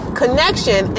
connection